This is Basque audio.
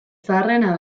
zaharrena